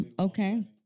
Okay